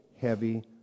heavy